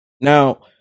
Now